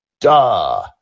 duh